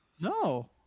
No